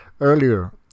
earlier